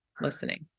listening